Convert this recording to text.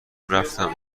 رفتم